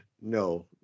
No